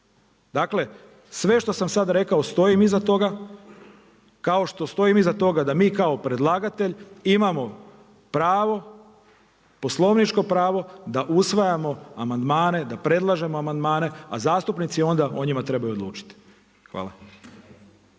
Dakle sve što sam sada rekao stojim iza toga, kao što stojim iza toga da mi kao predlagatelj imamo pravo, poslovničko pravo da usvajamo amandmane, da predlažemo amandmane a zastupnici onda o njima trebaju odlučiti. Hvala.